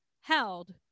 held